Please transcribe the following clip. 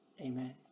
Amen